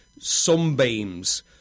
Sunbeams